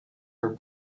were